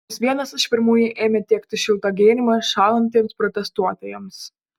jis vienas iš pirmųjų ėmė tiekti šiltą gėrimą šąlantiems protestuotojams